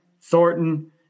Thornton